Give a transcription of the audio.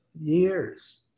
years